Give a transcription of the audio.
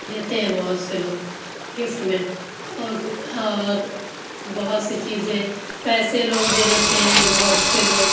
دیتے ہے بہت سے لوگ گفٹ میں اور اور بہت سی چیزیں پیسے لوگ دے دیتے ہیں بہت سے لوگ